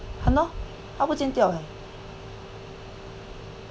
!hannor! 他不见掉 leh